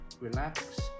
relax